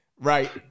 right